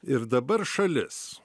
ir dabar šalis